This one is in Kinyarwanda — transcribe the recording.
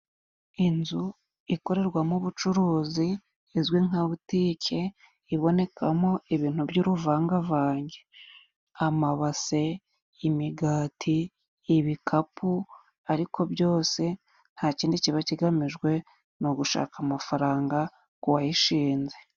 Inzu ikorerwamo ubucuruzi izwi nka butike ibonekamo ibintu by'uruvangavange amabase, imigati, ibikapu ariko byose nta kindi kiba kigamijwe ni ugushaka amafaranga kuwayishinze.